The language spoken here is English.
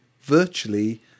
virtually